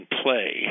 play